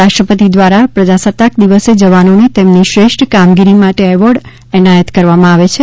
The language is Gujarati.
રાષ્ટ્રપતિ દ્વારા પ્રજાસત્તાક દિવસે જવાનોને તેમની શ્રેષ્ઠ કામગીરી માટે એવોર્ડ એનાયત કરવામાં આવે છે